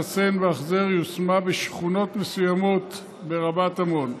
חסן והחזר" יושמה בשכונות מסוימות ברבת עמון.